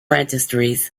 registries